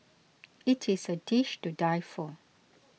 it is a dish to die for